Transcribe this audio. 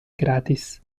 gratis